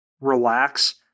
relax